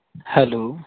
hello